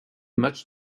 match